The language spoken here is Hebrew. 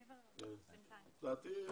הבנתם?